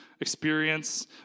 experience